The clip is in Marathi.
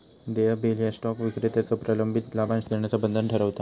देय बिल ह्या स्टॉक विक्रेत्याचो प्रलंबित लाभांश देण्याचा बंधन ठरवता